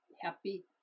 happy